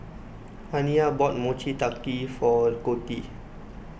Aniya bought Mochi Taiyaki for Coty